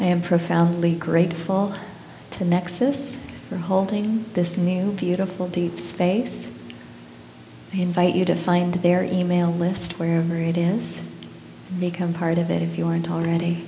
i am profoundly grateful to nexus for holding this new beautiful deep space they invite you to find their email list wherever it is become part of it if you aren't already